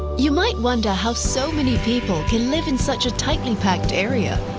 you might wonder how so many people can live in such a tightly packed area.